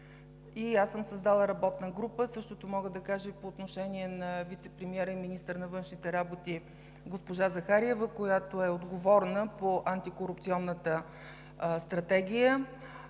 и аз съм създала работна група, същото мога да кажа и по отношение на вицепремиера и министър на външните работи госпожа Захариева, която е отговорна по Антикорупционната стратегия,